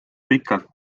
pikalt